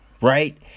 right